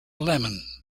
lemon